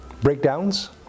Breakdowns